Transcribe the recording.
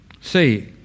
See